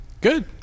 Good